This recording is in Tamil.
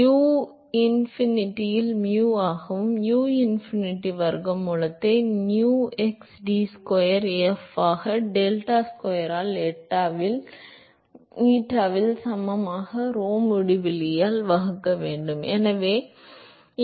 எனவே அது u இன்ஃபினிட்டியில் mu ஆகவும் u இன்பினிட்டியின் வர்க்க மூலத்தை nu x ஆல் d ஸ்கொயர் எஃப் ஆக டெட்டா ஸ்கொயர் ஆல் எட்டாவில் 0 க்கு சமமாக rho u முடிவிலி சதுரத்தை 2 ஆல் வகுக்க வேண்டும்